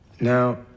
Now